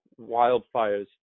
wildfires